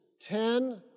ten